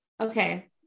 Okay